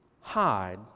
hide